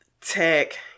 tech